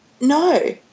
no